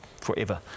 forever